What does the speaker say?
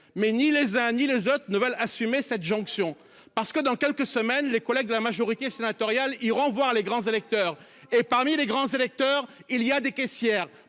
Mais ni les uns ni les autres ne veulent assumer cette jonction parce que dans quelques semaines, les collègues de la majorité sénatoriale iront voir les grands électeurs et parmi les grands électeurs. Il y a des caissières.